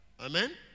Amen